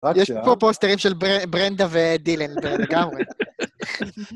יש פה פוסטרים של ברנדה ודילן, לגמרי.